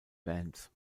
bands